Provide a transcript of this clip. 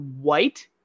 white